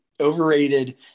overrated